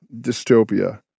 Dystopia